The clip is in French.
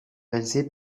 réalisés